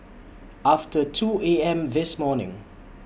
after two A M This morning